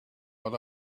what